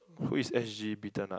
who is s_g Peter nut